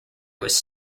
was